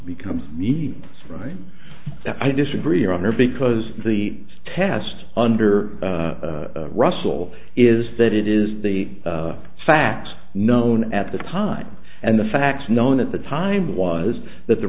becomes needs right that i disagree on here because the test under russell is that it is the facts known at the time and the facts known at the time was that the